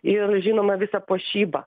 ir žinoma visa puošyba